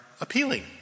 appealing